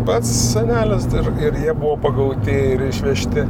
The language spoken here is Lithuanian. pats senelis dar ir jie buvo pagauti ir išvežti